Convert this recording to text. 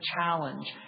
challenge